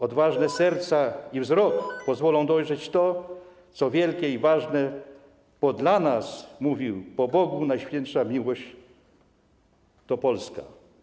Odważne serca i wzrok pozwolą dojrzeć to, co wielkie i ważne, bo dla nas - mówił - po Bogu najświętsza miłość to Polska.